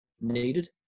needed